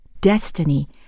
destiny